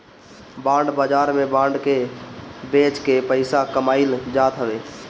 bond बाजार में bond के बेच के पईसा कमाईल जात हवे